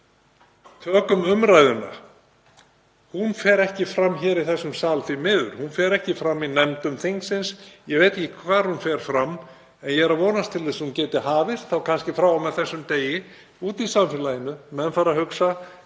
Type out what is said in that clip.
Tökum umræðuna. Hún fer ekki fram hér í þessum sal, því miður. Hún fer ekki fram í nefndum þingsins. Ég veit ekki hvar hún fer fram en ég er að vonast til að hún geti hafist, þá kannski frá og með þessum degi, úti í samfélaginu;